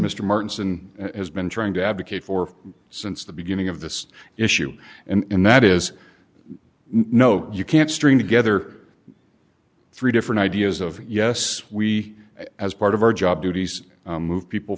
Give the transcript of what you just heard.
mr martin has been trying to advocate for since the beginning of this issue and that is you know you can't string together three different ideas of yes we as part of our job duties move people